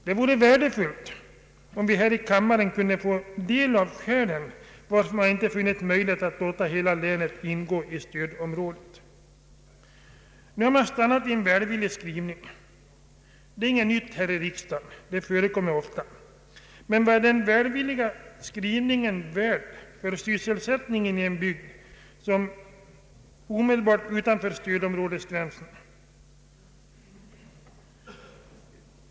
Det vore värdefullt om vi här i kammaren kunde få del av skälen till att man inte funnit möjlighet att låta hela länet ingå i stödområdet. Nu har utskottet stannat vid en välvillig skrivning. Det är inget nytt här i riksdagen, utan det förekommer ofta. Men vad är den välvilliga skrivningen värd för sysselsättningen i en bygd som ligger omedelbart utanför stödområdesgränsen?